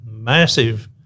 Massive